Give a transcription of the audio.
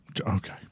Okay